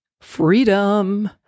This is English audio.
Freedom